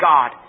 God